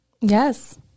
Yes